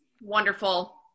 wonderful